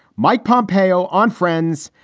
mike pompeo on friends,